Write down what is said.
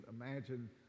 imagine